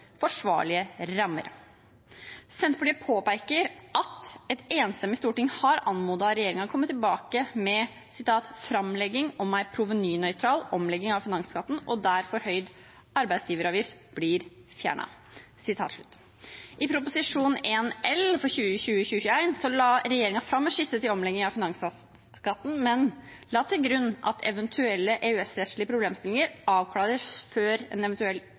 forsvarlige rammer. Senterpartiet påpeker at et enstemmig storting har anmodet regjeringen om å komme tilbake med «framlegg om ei provenynøytral omlegging av finansskatten og der forhøgd arbeidsgivaravgift vert fjerna». I Prop. 1 LS for 2019–2020 la regjeringen fram en skisse til omlegging av finansskatten, men la til grunn at eventuelle EØS-rettslige problemstillinger avklares før en